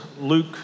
Luke